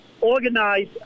organize